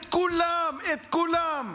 את כולם, את כולם.